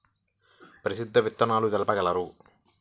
ప్రసిద్ధ విత్తనాలు తెలుపగలరు?